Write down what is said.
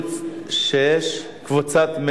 סעיף 3